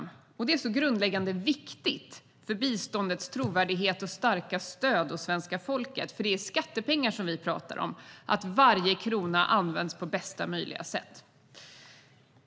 Det är viktigt och grundläggande för biståndets trovärdighet och starka stöd hos svenska folket - för det är skattepengar vi pratar om - att varje krona används på bästa möjliga sätt.